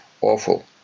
awful